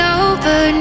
over